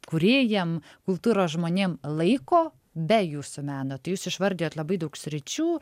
kūrėjam kultūros žmonėm laiko be jūsų meno tai jūs išvardijot labai daug sričių